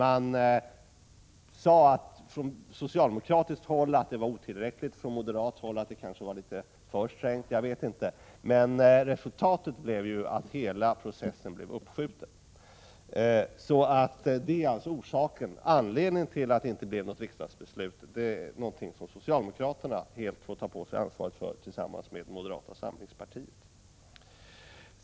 Det sades från socialdemokratiskt håll att det var otillräckligt, från moderaterna att det var litet för strängt. Men resultatet blev att hela processen blev uppskjuten. Socialdemokraterna får alltså tillsammans med moderata samlingspartiet helt ta på sig ansvaret för att det inte då blev något riksdagsbeslut.